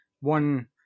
one